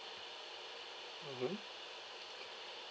mmhmm